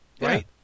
Right